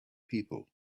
people